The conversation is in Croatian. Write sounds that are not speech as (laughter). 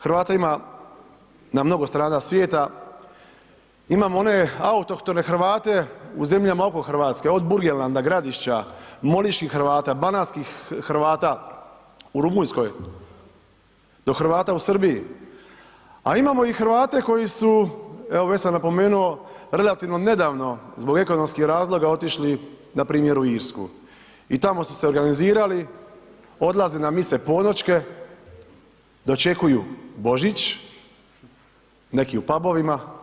Hrvata ima na mnogo strana svijeta, imamo one autohtone Hrvate u zemljama oko Hrvatske, od Burgenlanda, Gradišća, moliških Hrvata, ... (unintelligible) Hrvata u Rumunjskoj, do Hrvata u Srbiji a imamo i Hrvate koji su evo sam napomenuo, relativno nedavno zbog ekonomskih razloga, otišli npr. u Irsku i tamo su se organizirali, odlaze na mise polnoćke, dočekuju Božić, neki u pubovima.